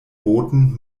booten